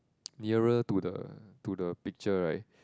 nearer to the to the picture right